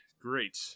Great